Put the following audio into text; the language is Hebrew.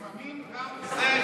פעמים גם זה,